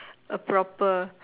a proper